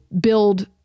build